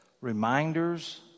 reminders